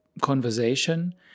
conversation